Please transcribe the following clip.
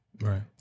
right